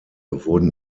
wurden